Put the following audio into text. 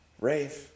rafe